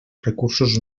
recursos